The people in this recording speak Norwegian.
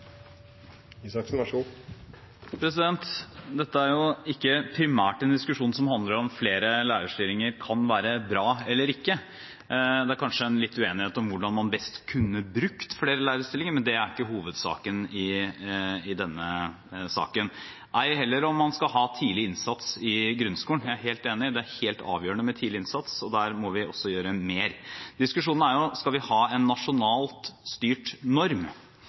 kanskje litt uenighet om hvordan man best kunne brukt flere lærerstillinger, men det er ikke hovedsaken i denne saken, ei heller om man skal ha tidlig innsats i grunnskolen. Jeg er helt enig i at det er helt avgjørende med tidlig innsats, og der må vi også gjøre mer. Diskusjonen er jo: Skal vi ha en nasjonalt styrt norm?